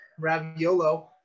raviolo